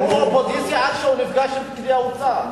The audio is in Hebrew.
הוא אופוזיציה עד שהוא נפגש עם פקידי האוצר.